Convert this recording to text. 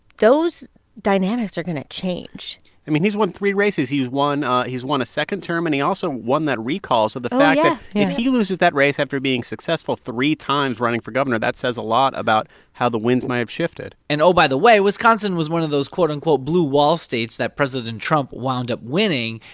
those dynamics are going to change i mean, he's won three races. he's won ah he's won a second term. and he also won that recall oh, yeah so the fact that yeah if he loses that race after being successful three times running for governor, that says a lot about how the winds might have shifted and, oh, by the way, wisconsin was one of those, quote, unquote, blue wall states that president trump wound up winning.